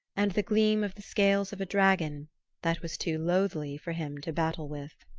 and the gleam of the scales of a dragon that was too loathly for him to battle with.